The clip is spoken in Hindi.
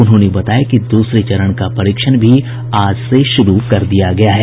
उन्होंने बताया कि दूसरे चरण का परीक्षण भी आज से शुरू कर दिया गया है